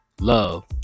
love